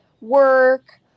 work